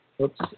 Oops